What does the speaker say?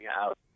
out